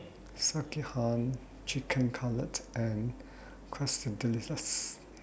Sekihan Chicken Cutlet and Quesadillas